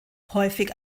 häufig